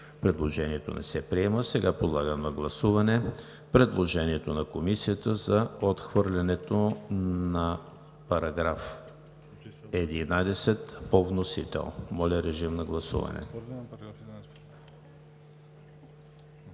Предложението не се приема. Сега подлагам на гласуване предложението на Комисията за отхвърлянето на § 11 по вносител. Гласували